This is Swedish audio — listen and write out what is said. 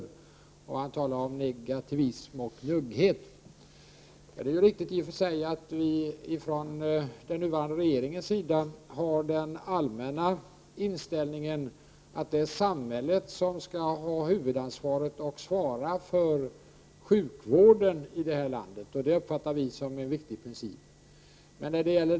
Han talar om negativism och njugghet. Det är riktigt i och för sig att vi från den nuvarande regeringens sida har den allmänna inställningen att det är samhället som skall ha huvudansvaret och svara för sjukvården i det här landet. Det uppfattar vi som en viktig princip.